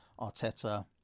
Arteta